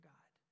God